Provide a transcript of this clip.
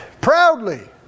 proudly